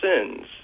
sins